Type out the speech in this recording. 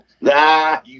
Nah